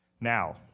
Now